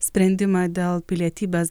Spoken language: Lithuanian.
sprendimą dėl pilietybės